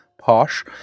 Posh